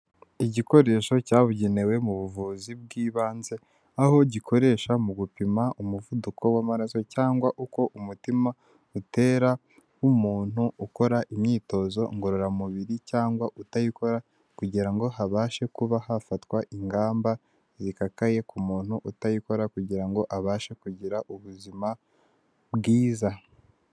Igikoresho cyabugenewe mu buvuzi bw'ibanze, aho gikoresha mu gupima umuvuduko w'amaraso cyangwa uko umutima utera, nk'umuntu ukora imyitozo ngororamubiri cyangwa utayikora, kugira ngo habashe kuba hafatwa ingamba zikakaye ku muntu utayikora kugira ngo abashe kugira ubuzima bwiza.